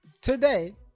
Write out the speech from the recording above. today